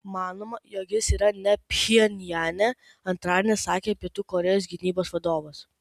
manoma jog jis yra ne pchenjane antradienį sakė pietų korėjos gynybos vadovas